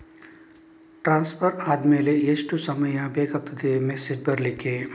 Transfer ಆದ್ಮೇಲೆ ಎಷ್ಟು ಸಮಯ ಬೇಕಾಗುತ್ತದೆ ಮೆಸೇಜ್ ಬರ್ಲಿಕ್ಕೆ?